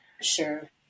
Sure